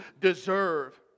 deserve